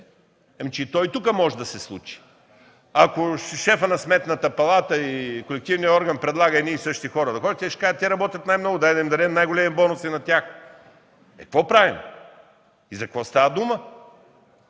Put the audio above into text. че то и тук може да се случи. Ако шефът на Сметната палата и колективният орган предлагат едни и същи хора да ходят, те ще кажат: „те работят най-много, дайте да им дадем най-големи бонуси на тях”. Какво правим и за какво става дума?!